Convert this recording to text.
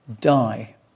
die